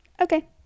okay